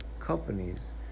Companies